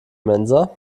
mensa